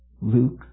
Luke